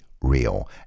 real